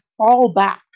fallback